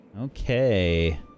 Okay